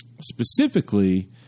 specifically